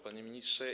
Panie Ministrze!